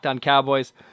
Cowboys